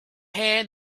hand